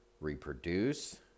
reproduce